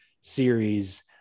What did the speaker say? series